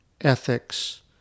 ethics